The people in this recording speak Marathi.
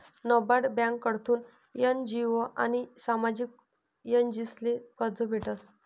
नाबार्ड ब्यांककडथून एन.जी.ओ आनी सामाजिक एजन्सीसले कर्ज भेटस